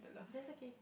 that's okay